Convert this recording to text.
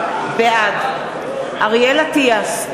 בעד אריאל אטיאס,